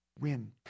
win